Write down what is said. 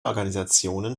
organisationen